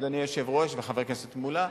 אדוני היושב-ראש וחבר הכנסת מולה.